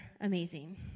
amazing